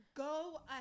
go